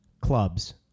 clubs